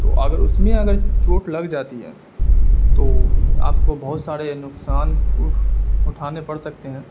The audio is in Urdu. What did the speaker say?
تو اگر اس میں اگر چوٹ لگ جاتی ہے تو آپ کو بہت سارے نقصان اٹھانے پڑ سکتے ہیں